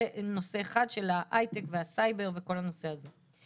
זה נושא אחד של ההייטק והסייבר וכל הנושא הזה.